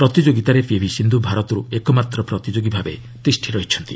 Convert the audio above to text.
ପ୍ରତିଯୋଗିତାରେ ପିଭି ସିନ୍ଧୁ ଭାରତରୁ ଏକମାତ୍ର ପ୍ରତିଯୋଗୀ ଭାବେ ତିଷ୍ଠି ରହିଛନ୍ତି